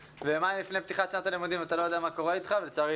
ויומיים לפני פתיחת שנת הלימודים אתה לא יודע מה קורה איתך לצערי